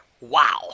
Wow